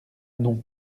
non